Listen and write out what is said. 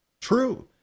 True